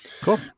Cool